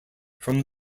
from